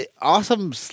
awesome